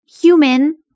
human